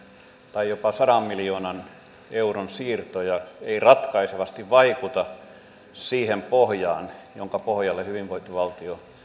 tai jopa sadan miljoonan euron siirtoja ei ratkaisevasti vaikuta siihen pohjaan jonka pohjalle hyvinvointivaltio